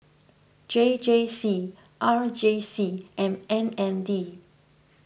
J J C R J C and M N D